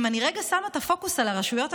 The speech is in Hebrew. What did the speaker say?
אם אני רגע שמה את הפוקוס על הרשויות המקומיות,